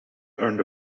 earned